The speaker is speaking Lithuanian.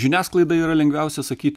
žiniasklaidai yra lengviausia sakyt